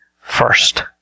first